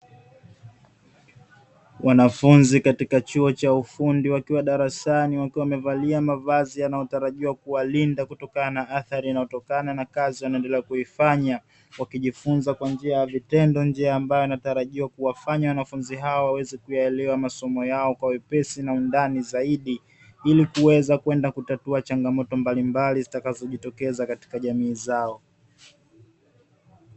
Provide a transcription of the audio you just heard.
Wanafunzi katika chuo cha ufundi wakiwa darasani, wakiwa wamevalia mavazi yanayotarajiwa kuwalinda kutokana na athari inayotokana na kazi wanayoendelea kuifanya. Wakijifunza kwa njia ya vitendo, njia ambayo inatarajiwa kuwafanya wanafunzi hao waweze kuyaelewa masomo yao kwa wepesi na undani zaidi, ili kuweza kwenda kutatua changamoto mbalimbali zitakazojitokeza katika jamii zao.